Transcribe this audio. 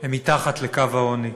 הם מתחת לקו העוני.